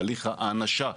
תהליך ההאנשה,